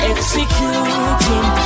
Executing